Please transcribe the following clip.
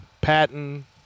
Patton